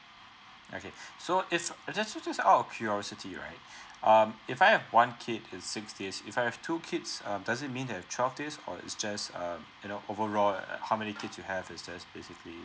okay so if just just just out of curiosity right um if I have one kid is six days if I have two kids um does it mean I have twelve days or it just err you know overall uh uh how many kids you have is just basically